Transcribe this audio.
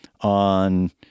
on